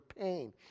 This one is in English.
pain